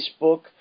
Facebook